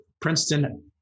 Princeton